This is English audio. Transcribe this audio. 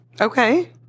Okay